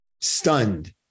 stunned